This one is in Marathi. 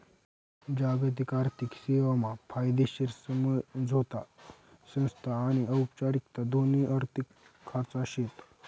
जागतिक आर्थिक सेवा मा कायदेशीर समझोता संस्था आनी औपचारिक दोन्ही आर्थिक खाचा शेत